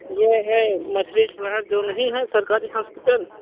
ये है मछली शहर जो नहीं है सरकारी हॉस्पिटल